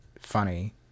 funny